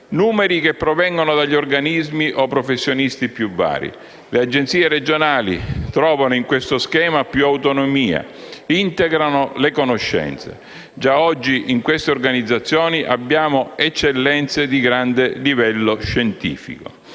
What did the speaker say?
numeri che provengono dagli organismi o professionisti più vari. Le Agenzie regionali trovano in questo schema più autonomia e integrano le conoscenze. Già oggi in queste organizzazioni abbiamo eccellenze di grande livello scientifico.